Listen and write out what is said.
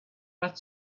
that